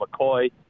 McCoy